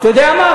אתה יודע מה?